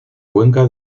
cuenca